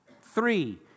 Three